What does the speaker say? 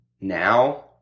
Now